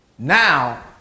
Now